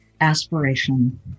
aspiration